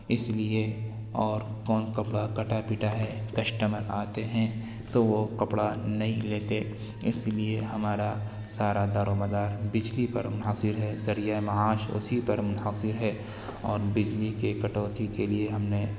اس لیے اور کون کپڑا کٹا پٹا ہے کسٹمر آتے ہیں تو وہ کپڑا نہیں لیتے اس لیے ہمارا سارا دار و مدار بجلی پر منحصر ہے ذریعہ معاش اسی پر منحصر ہے اور بجلی کے کٹوتی کے لیے ہم نے